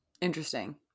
Interesting